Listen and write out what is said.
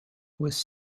was